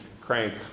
crank